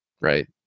right